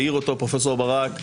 העיר אותו פרופ' ברק.